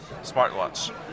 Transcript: Smartwatch